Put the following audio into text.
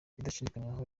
bidashidikanywaho